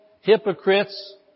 hypocrites